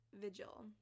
Vigil